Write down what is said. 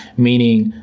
meaning,